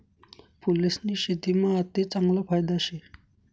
फूलेस्नी शेतीमा आते चांगला फायदा शे